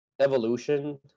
evolution